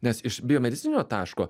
nes iš biomedicininio taško